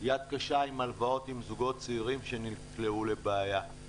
יד קשה עם הלוואות עם זוגות צעירים שנקלעו לבעיה.